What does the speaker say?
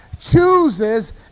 chooses